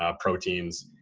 ah proteins.